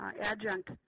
adjunct